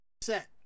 set